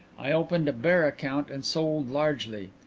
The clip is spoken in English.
i opened a bear account and sold largely.